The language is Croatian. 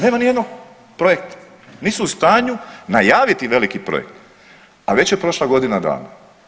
Nema ni jednog projekta nisu u stanju najaviti veliki projekt, a već je prošla godina dana.